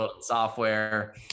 software